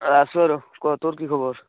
আছোঁ আৰু ক তোৰ কি খবৰ